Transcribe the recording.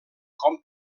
com